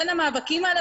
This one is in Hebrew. בין המאבקים האלה,